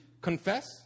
confess